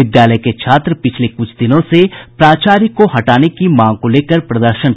विद्यालय के छात्र पिछले कुछ दिनों से प्राचार्य को हटाने की मांग को लेकर प्रदर्शन कर रहे थे